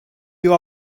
you